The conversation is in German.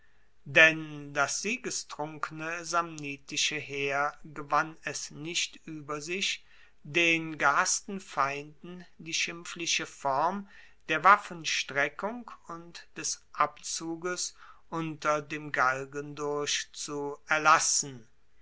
denn das siegestrunkene samnitische heer gewann es nicht ueber sich den gehassten feinden die schimpfliche form der waffenstreckung und des abzuges unter dem galgen durch zu erlassen